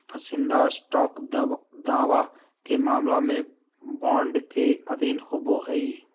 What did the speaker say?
पसंदीदा स्टॉक दावा के मामला में बॉन्ड के अधीन होबो हइ